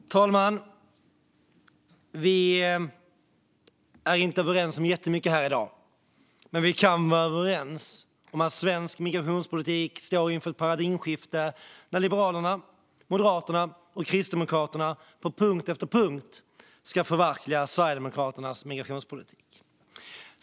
Herr talman! Vi är inte överens om jättemycket här i dag. Men vi kan vara överens om att svensk migrationspolitik står inför ett paradigmskifte när Liberalerna, Moderaterna och Kristdemokraterna på punkt efter punkt ska förverkliga Sverigedemokraternas migrationspolitik.